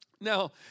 Now